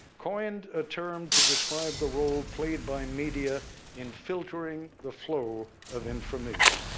coined a term to describe the role played by media in filtering the flow of information.